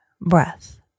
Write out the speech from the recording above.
breath